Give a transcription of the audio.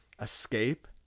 escape